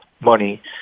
money